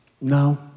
no